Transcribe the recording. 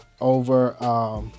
over